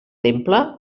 temple